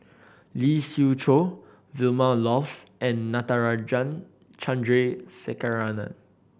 Lee Siew Choh Vilma Laus and Natarajan Chandrasekaran